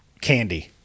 candy